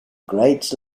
great